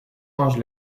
ange